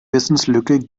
wissenslücke